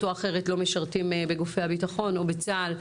או אחרת לא משרתים בגופי הביטחון או בצה"ל,